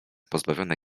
pozbawione